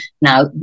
Now